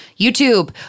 YouTube